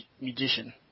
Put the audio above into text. magician